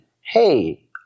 hey